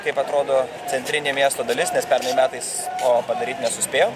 kaip atrodo centrinė miesto dalis nes pernai metais to padaryt nesuspėjom